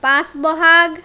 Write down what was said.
পাচঁ বহাগ